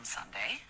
Sunday